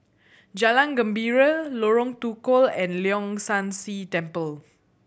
Jalan Gembira Lorong Tukol and Leong San See Temple